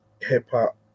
hip-hop